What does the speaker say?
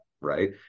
Right